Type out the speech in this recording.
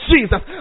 Jesus